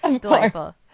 delightful